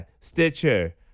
Stitcher